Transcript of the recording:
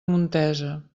montesa